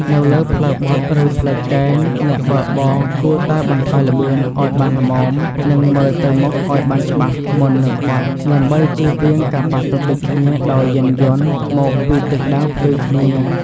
នៅលើផ្លូវបត់ឬផ្លូវកែង អ្នកបើកបរគួរតែបន្ថយល្បឿនឱ្យបានល្មមនិងមើលទៅមុខឱ្យបានច្បាស់មុននឹងបត់ដើម្បីជៀសវាងការប៉ះទង្គិចគ្នាដោយយានយន្តមកពីទិសដៅផ្ទុយគ្នា។